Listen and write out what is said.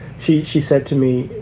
she she said to me,